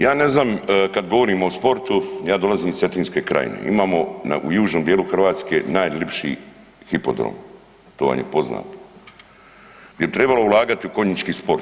Ja ne znam, kad govorimo o sportu, ja dolazim iz Cetinske krajine, imamo u južnom dijelu Hrvatske najlipši hipodrom, to vam je poznato, di bi trebalo ulagati u konjički sport.